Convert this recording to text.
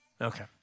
Okay